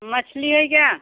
मछली है क्या